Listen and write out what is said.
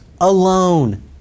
alone